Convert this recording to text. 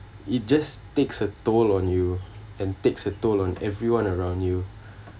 it just takes a toll on you and takes a toll on everyone around you